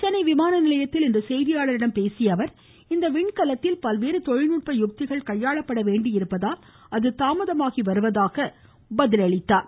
சென்னை விமான நிலையத்தில் இன்று செய்தியாளர்களிடம் பேசிய அவர் இந்த விண்கலத்தில் பல்வேறு தொழில்நுட்ப யுக்திகள் கையாளப்பட வேண்டியிருப்பதால் அது தாமதமாகி வருவதாக குறிப்பிட்டார்